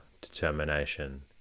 determination